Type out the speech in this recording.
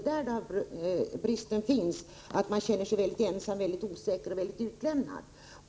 Jag tror att det finns en brist där — de känner sig mycket ensamma, osäkra och utlämnade.